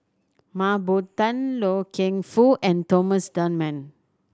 Mah Bow Tan Loy Keng Foo and Thomas Dunman